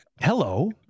Hello